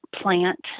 plant